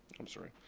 i'm sorry.